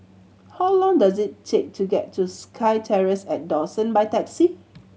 how long does it take to get to SkyTerrace at Dawson by taxi